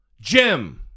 Jim